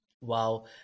Wow